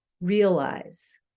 realize